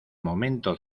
momento